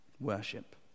worship